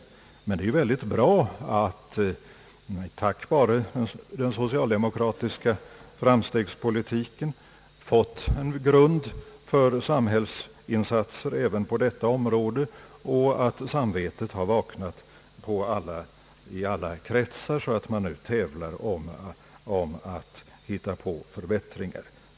Det är väldigt bra att man tack vare den socialdemokratiska framstegspolitiken fått en grund för samhällsinsatser även på detta område och att samvetet har vaknat i alla kretsar så att man nu tävlar om att hitta på förbättringar.